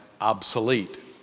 obsolete